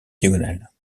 diagonales